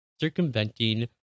circumventing